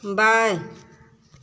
बाएँ